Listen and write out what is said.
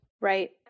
Right